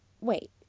Wait